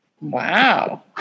Wow